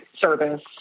service